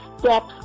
steps